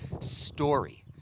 story